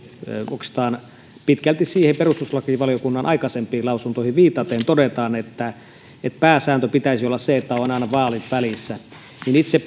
oikeastaan pitkälti perustuslakivaliokunnan aikaisempiin lausuntoihin viitaten todetaan että pääsäännön pitäisi olla se että on aina vaalit välissä niin itse